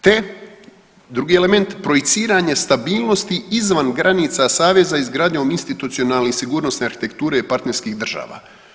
Te drugi element projiciranje stabilnosti izvan granica saveza izgradnjom institucionalne i sigurnosne arhitekture partnerskih država.